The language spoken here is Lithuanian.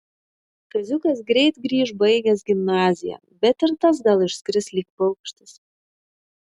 kaziukas greit grįš baigęs gimnaziją bet ir tas gal išskris lyg paukštis